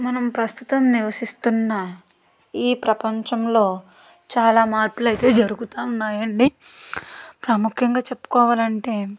మనం ప్రస్తుతం నివసిస్తున్న ఈ ప్రపంచంలో చాలా మార్పులు అయితే జరుగుతూ ఉన్నాయి అండి ప్రాముఖ్యంగా చెప్పుకోవాలి అంటే